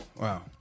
wow